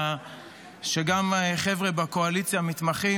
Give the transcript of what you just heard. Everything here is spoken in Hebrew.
שגם חבר'ה בקואליציה מתמחים,